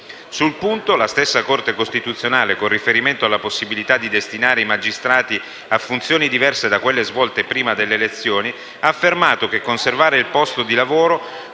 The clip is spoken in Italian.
Sul punto la Corte costituzionale, con riferimento alla possibilità di destinare i magistrati a funzioni diverse da quelle svolte prima delle elezioni, ha affermato che: «conservare il posto vuol